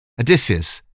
Odysseus